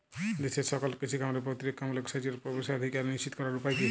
দেশের সকল কৃষি খামারে প্রতিরক্ষামূলক সেচের প্রবেশাধিকার নিশ্চিত করার উপায় কি?